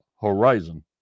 horizon